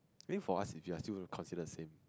maybe for us if you're still gonna consider the same